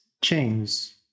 chains